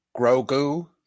Grogu